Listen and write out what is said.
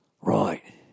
Right